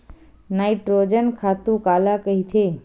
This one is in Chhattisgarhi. नाइट्रोजन खातु काला कहिथे?